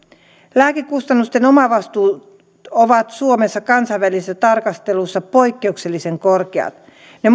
lääkekustannusten omavastuut ovat suomessa kansainvälisessä tarkastelussa poikkeuksellisen korkeat ne